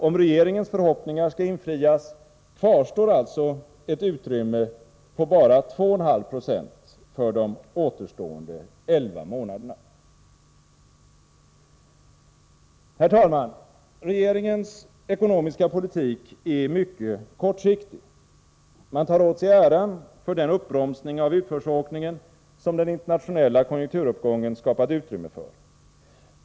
Om regeringens förhoppningar skall infrias, kvarstår det alltså ett utrymme på bara 2,5 90 för de återstående elva månaderna. Herr talman! Regeringens ekonomiska politik är mycket kortsiktig. Man tar åt sig äran för den uppbromsning av utförsåkningen som den internationella konjunkturuppgången skapat utrymme för.